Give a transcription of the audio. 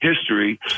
History